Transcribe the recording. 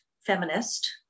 feminist